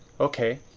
okay,